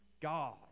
God